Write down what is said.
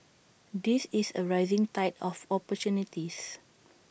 this is A rising tide of opportunities